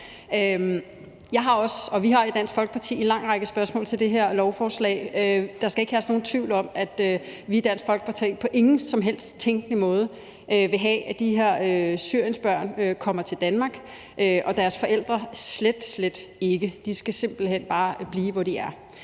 vi har i Dansk Folkeparti en lang række spørgsmål til det her lovforslag. Der skal ikke herske tvivl om, at vi i Dansk Folkeparti på ingen som helst tænkelig måde vil have, at de her syriensbørn kommer til Danmark – og slet, slet ikke deres forældre. De skal simpelt hen bare blive, hvor de er.